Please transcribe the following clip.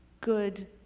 good